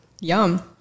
Yum